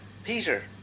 Peter